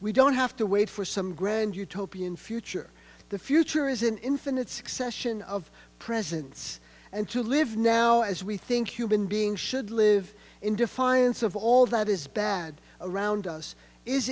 we don't have to wait for some grand utopian future the future is an infinite succession of presence and to live now as we think human being should live in defiance of all that is bad around us is